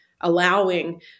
allowing